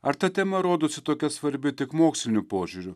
ar ta tema rodosi tokia svarbi tik moksliniu požiūriu